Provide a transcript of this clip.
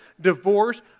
divorce